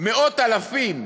מאות אלפים